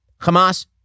Hamas